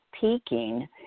peaking